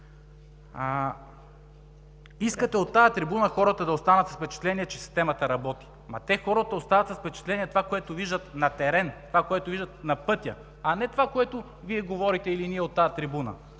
Искате от тази трибуна хората да останат с впечатление, че системата работи. Хората остават с впечатление от това, което виждат на терен, това, което виждат на пътя, а не от онова, което Вие говорите или ние от тази трибуна.